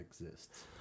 exists